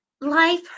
life